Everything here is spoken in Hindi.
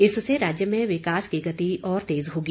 इससे राज्य में विकास की गति और तेज होगी